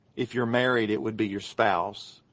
if you're married, it would be your spouse.